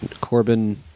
Corbin